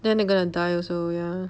then they gonna die also ya